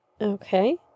Okay